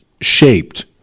shaped